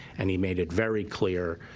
and he made it very clear